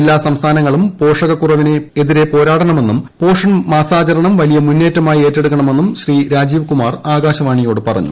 എല്ലാ സംസ്ഥാനങ്ങളും പോഷകക്കുറവിനെതിരെ പോരാടണമെന്നും പോഷൺ മാസാചരണം വലിയ മുന്നേറ്റമായി ഏറ്റെടുക്കണമെന്നും ശ്രീ രാജീവ്കുമാർ ആകാശവാണിയോട് പറഞ്ഞു